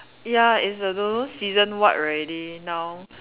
ya it's the don't know season what already now